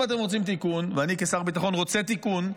אם אתם רוצים תיקון, ואני כשר ביטחון רוצה תיקון,